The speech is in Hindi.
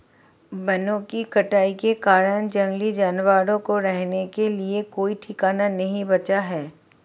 वनों की कटाई के कारण जंगली जानवरों को रहने के लिए कोई ठिकाना नहीं बचा है